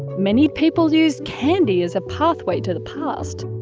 many people use candy as a pathway to the past.